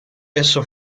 esso